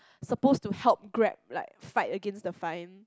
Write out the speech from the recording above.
suppose to help Grab like fight against the fine